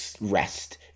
rest